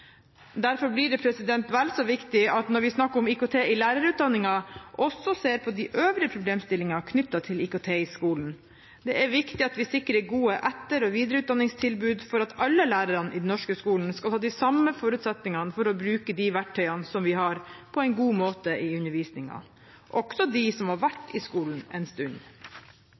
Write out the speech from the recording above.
Derfor blir det vel så viktig at vi når vi snakker om IKT i lærerutdanningen, også ser på de øvrige problemstillingene knyttet til IKT i skolen. Det er viktig at vi sikrer gode etter- og videreutdanningstilbud for at alle lærere i den norske skolen skal ha de samme forutsetningene for å bruke de verktøyene som vi har, på en god måte i undervisningen, også de som har